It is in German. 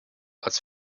als